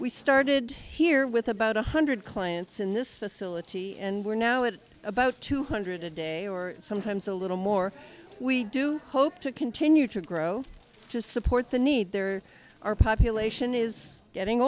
we started here with about one hundred clients in this facility and we're now at about two hundred a day or sometimes a little more we do hope to continue to grow to support the need there our population is getting